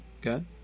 Good